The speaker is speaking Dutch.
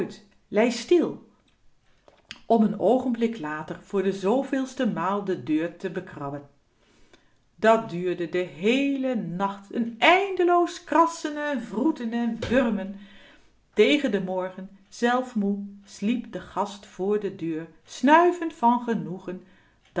lei stil om n oogenblik later voor de zooveelste maal de deur te bekrabben dat duurde den heelen nacht n eindeloos krassen en wroeten en wurmen tegen den morgen zelf moe sliep de gast voor de deur snuivend van genoegen